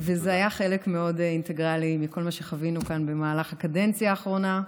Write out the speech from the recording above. זה היה חלק מאוד אינטגרלי מכל מה שחווינו כאן במהלך הקדנציה האחרונה.